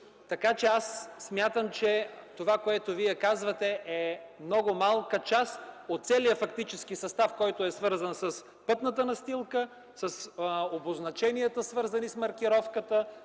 Смятам, че това, което Вие казвате, е много малка част от целия фактически състав, който е свързан с пътната настилка, с обозначенията, свързани с маркировката,